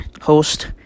host